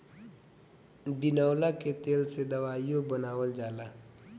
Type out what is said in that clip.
बिनौला के तेल से दवाईओ बनावल जाला